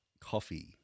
coffee